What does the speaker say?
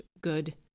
good